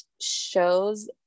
shows